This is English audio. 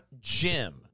Jim